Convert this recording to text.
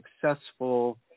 successful